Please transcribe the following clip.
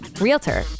realtor